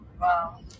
Wow